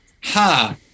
Ha